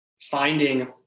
finding